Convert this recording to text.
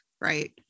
right